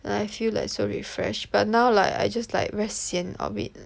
like I feel like so refresh but now like I just like very sian of it